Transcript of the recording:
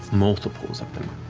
multiples.